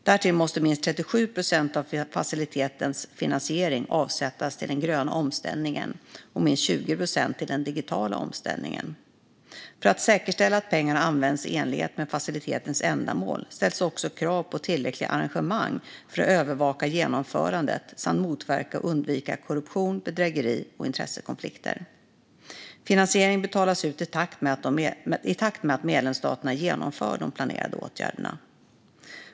Därtill måste minst 37 procent av facilitetens finansiering avsättas till den gröna omställningen och minst 20 procent till den digitala omställningen. För att säkerställa att pengarna används i enlighet med facilitetens ändamål ställs det också krav på tillräckliga arrangemang för att övervaka genomförandet samt motverka och undvika korruption, bedrägeri och intressekonflikter. Finansiering betalas ut i takt med att medlemsstaterna genomför de planerade åtgärderna.